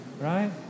right